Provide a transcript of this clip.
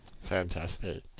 Fantastic